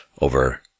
over